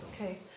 Okay